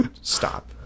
stop